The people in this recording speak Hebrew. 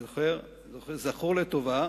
אני זוכר, זכור לטובה.